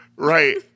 Right